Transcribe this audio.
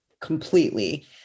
completely